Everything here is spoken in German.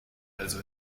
also